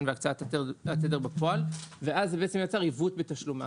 והקצאת התדר בפועל ויצר עיוות בתשלום האגרה.